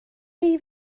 chi